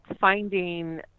finding